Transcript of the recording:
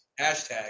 Hashtag